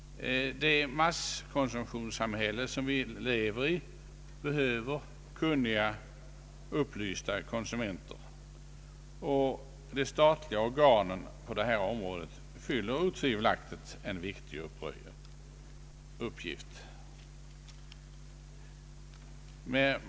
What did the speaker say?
Det massproduktionssamhälle som vi lever i behöver kunniga upplysta konsumenter, och de statliga organen på detta område fyller otvivelaktigt en viktig uppgift.